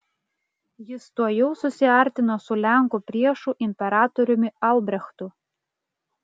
jis tuojau susiartino su lenkų priešu imperatoriumi albrechtu